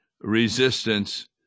resistance